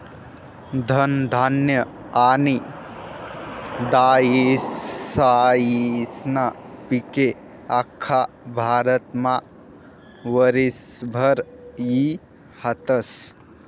धनधान्य आनी दायीसायीस्ना पिके आख्खा भारतमा वरीसभर ई हातस